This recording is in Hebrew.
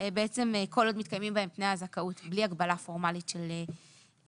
כל עוד מתקיימים בהם תנאי הזכאות בלי הגבלה פורמלית של שנים,